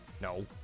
No